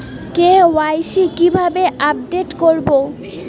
KYC কিভাবে update করব?